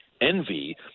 envy